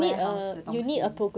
warehouse 的东西